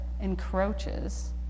encroaches